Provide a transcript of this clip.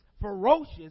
ferocious